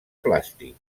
plàstic